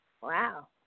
Wow